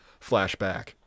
flashback